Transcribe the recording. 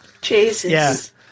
Jesus